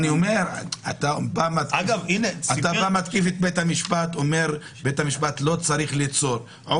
פשוט אתה מתקיף את בית המשפט ואומר שהוא לא צריך ליצור חוקים,